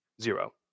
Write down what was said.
Zero